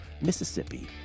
Mississippi